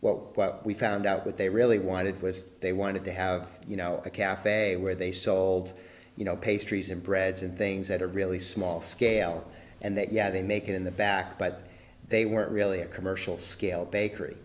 discussion what we found out what they really wanted was they wanted to have you know a cafe where they sold you know pastries and breads and things that are really small scale and that yeah they make it in the back but they weren't really a commercial scale bakery